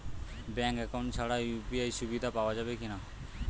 Bank account ছাড়া UPI সুবিধা পাওয়া যাবে কি না?